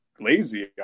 lazy